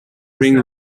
ring